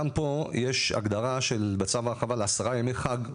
גם פה יש הגדרה של בצו ההרחבה לעשרה ימי חג,